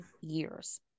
years